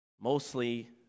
Mostly